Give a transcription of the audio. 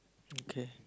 okay